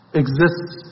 exists